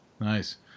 Nice